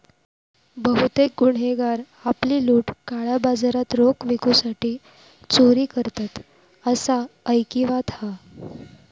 बहुतेक गुन्हेगार आपली लूट काळ्या बाजारात रोख विकूसाठी चोरी करतत, असा ऐकिवात हा